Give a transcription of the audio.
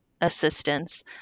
assistance